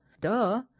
duh